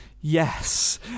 yes